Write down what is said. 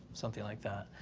something like that,